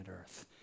earth